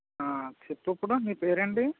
చెప్పు ఇప్పుడు నీ పేరు ఏంటి